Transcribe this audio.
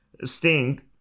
Sting